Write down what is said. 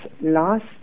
last